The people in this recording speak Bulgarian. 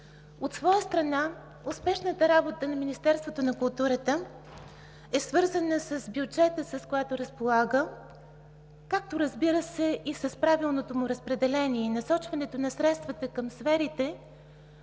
От своя страна успешната работа на Министерството на културата е свързана с бюджета, с който разполага, както, разбира се, и с правилното му разпределение и насочването на средствата към сферите,